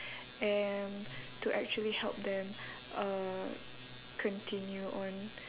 and to actually help them uh continue on